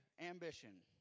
ambition